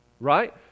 right